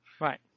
Right